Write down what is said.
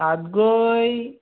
তাত গৈ